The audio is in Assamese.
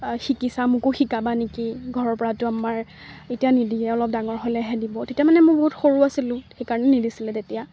শিকিছা মোকো শিকাবা নেকি ঘৰৰ পৰাতো আমাৰ এতিয়া নিদিয়ে অলপ ডাঙৰ হ'লেহে দিব তেতিয়া মানে মই বহুত সৰু আছিলোঁ সেইকাৰণে নিদিছিলে তেতিয়া